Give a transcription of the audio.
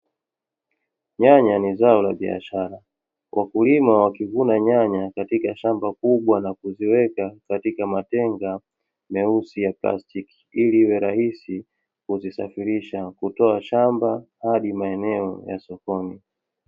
Nyanya ni zao la biashara, wakulima wakivuna nyanya katika shamba kubwa na kuziweka katika matenga meusi ya plastiki, ili iwe rahisi kuzisafirisha kutoa shamba hadi maeneo ya sokoni.